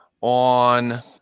on